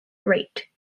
rate